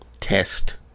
test